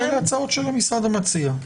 אלה הצעות של המשרד המציע.